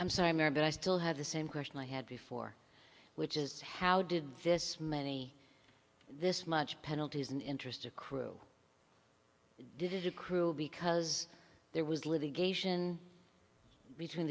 i'm sorry mary but i still have the same question i had before which is how did this many this much penalties and interest accrue did it cruel because there was living between